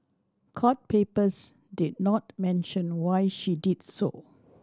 court papers did not mention why she did so